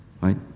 right